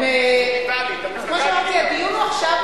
המהות